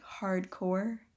hardcore